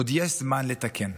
עוד יש זמן לתקן.